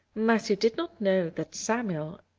matthew did not know that samuel,